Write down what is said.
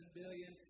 billion